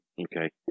Okay